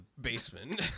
basement